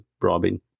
Robin